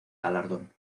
galardón